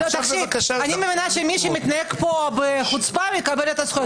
אני מבינה שמי שמתנהג פה בחוצפה, מקבל זכות.